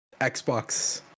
Xbox